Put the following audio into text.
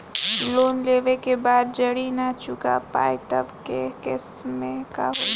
Loan लेवे के बाद जड़ी ना चुका पाएं तब के केसमे का होई?